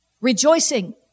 rejoicing